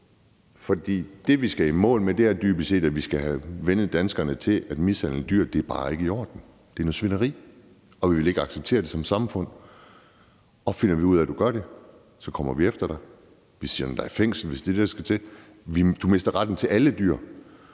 for det, vi skal i mål med, er dybest set, at vi skal have vænnet danskerne til at mene, at mishandling af dyr bare ikke er i orden, at det er noget svineri, og at vi ikke vil acceptere det som samfund. Og finder vi ud af, at du gør det, kommer vi efter dig. Vi sætter dig i fængsel, hvis det er det, der skal til. Du mister retten til at